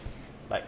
but